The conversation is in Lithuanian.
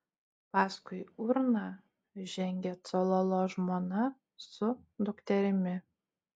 paskui urną žengė cololo žmona su dukterimi